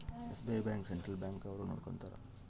SBI bank central bank ಅವ್ರು ನೊಡ್ಕೋತರ